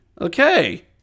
Okay